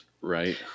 Right